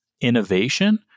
innovation